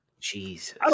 Jesus